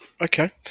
Okay